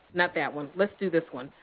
not that one. let's do this one.